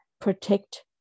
protect